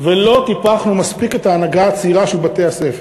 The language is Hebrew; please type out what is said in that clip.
ולא טיפחנו מספיק את ההנהגה הצעירה של בתי-הספר.